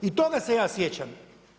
I toga se ja sjećam.